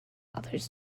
others